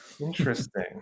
Interesting